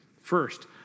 First